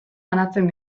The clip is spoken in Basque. banatzen